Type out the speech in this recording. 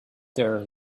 there